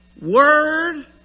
word